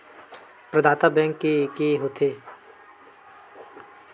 प्रदाता बैंक के एके होथे?